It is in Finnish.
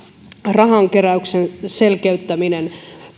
rahankeräyksen selkeyttäminen